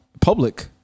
public